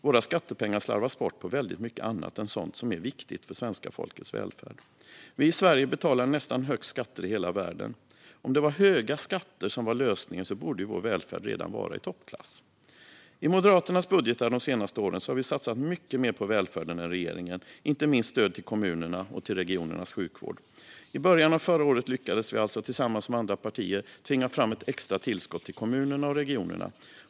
Våra skattepengar slarvas bort på väldigt mycket annat än sådant som är viktigt för svenska folkets välfärd. Vi i Sverige betalar nästan högst skatter i hela världen. Om det var höga skatter som var lösningen borde vår välfärd redan vara i toppklass. I Moderaternas budgetar de senaste åren har vi satsat mycket mer på välfärden än regeringen, inte minst stöd till kommunerna och till regionernas sjukvård. I början av förra året lyckades vi alltså tillsammans med andra partier tvinga fram ett extra tillskott till kommunerna och regionerna.